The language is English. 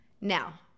Now